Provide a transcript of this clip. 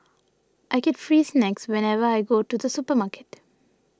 I get free snacks whenever I go to the supermarket